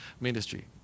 ministry